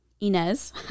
Inez